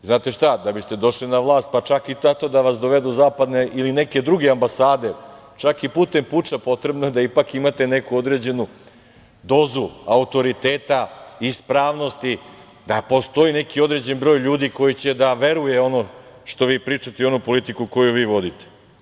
Znate šta, da biste došli na vlast, pa čak i tako da vas dovedu zapadne ili neke druge ambasade, čak i putem puča potrebno je da ipak imate neku određenu dozu autoriteta, ispravnosti, da postoji neki određeni broj ljudi koji će da veruje u ono što vi pričate i u onu politiku koju vi vodite.